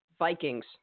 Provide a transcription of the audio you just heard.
Vikings